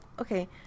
okay